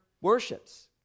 worships